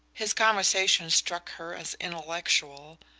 his conversation struck her as intellectual,